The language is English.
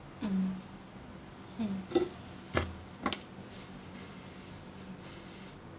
mm mm